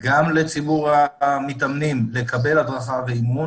גם לציבור המתאמנים לקבל הדרכה ואימון